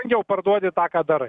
jau parduodi tą ką darai